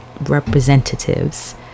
representatives